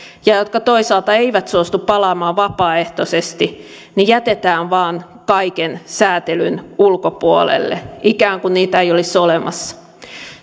ja jotka toisaalta eivät suostu palaamaan vapaaehtoisesti jätetään vain kaiken säätelyn ulkopuolelle ikään kuin heitä ei olisi olemassa